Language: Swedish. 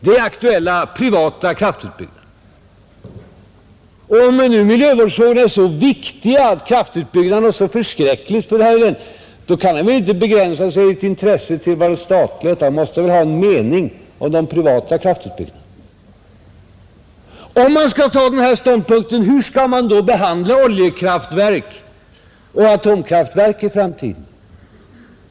Det är aktuella privata kraftutbyggnader, Om nu miljövårdsfrågorna är så viktiga och kraftutbyggnad något så förskräckligt för herr Helén, då kan han väl inte begränsa sitt intresse till statliga utbyggnader, utan han måste också ha någon mening om de privata kraftutbyggnaderna. Om man tar den här ståndpunkten, hur skall man då behandla oljekraftverk och atomkraftverk i framtiden?